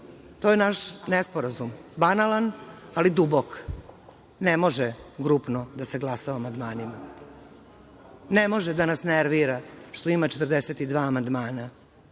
To je naš nesporazum, banalan, ali dubok, ne može grupno da se glasa o amandmanima. Ne može da nas nervira što ima 42 amandmana.